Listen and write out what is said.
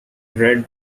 red